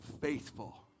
faithful